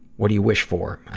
what do you wish for?